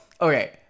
okay